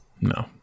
No